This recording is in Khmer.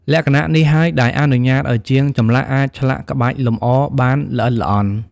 លក្ខណៈនេះហើយដែលអនុញ្ញាតឱ្យជាងចម្លាក់អាចឆ្លាក់ក្បាច់លម្អបានល្អិតល្អន់។